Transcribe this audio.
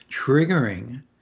triggering